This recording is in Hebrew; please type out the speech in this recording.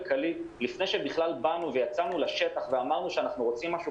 הכלכלי שלנו לפני שבכלל יצאנו לשטח ואמרנו שאנחנו רוצים משהו,